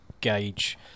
gauge